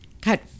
cut